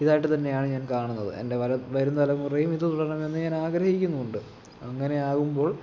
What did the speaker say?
ഇതായിട്ട് തന്നെയാണ് ഞാൻ കാണുന്നത് എൻ്റെ വരും വരും തലമുറയും ഇത് പിന്തുടരണമെന്ന് ഞാൻ ആഗ്രഹിക്കുന്നുമുണ്ട് അങ്ങനെ ആകുമ്പോൾ